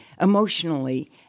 emotionally